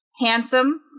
handsome